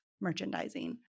merchandising